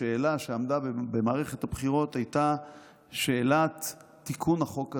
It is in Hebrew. שהשאלה שעמדה במערכת הבחירות הייתה שאלת תיקון החוק הזה.